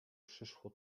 przyszło